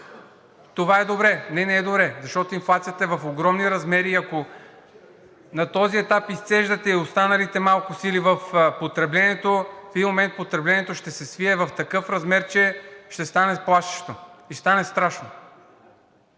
това е добре? Не, не е добре, защото инфлацията е в огромни размери. Ако на този етап изцеждате и останалите малко сили в потреблението, в един момент потреблението ще се свие в такъв размер, че ще стане плашещо. Ще стане страшно!